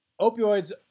opioids